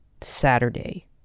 saturday